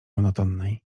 monotonnej